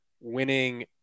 winning